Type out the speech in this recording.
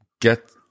Get